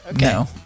No